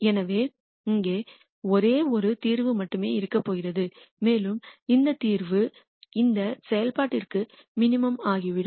எனவே இங்கே ஒரே ஒரு தீர்வு மட்டுமே இருக்கப்போகிறது மேலும் இந்த தீர்வு இந்த செயல்பாட்டிற்கு மினிமம் ஆகிவிடும்